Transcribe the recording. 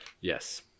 Yes